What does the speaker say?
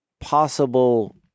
possible